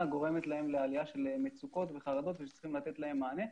גורמת להם לעלייה של מצוקות וחרדות וצריך לתת להם מענה,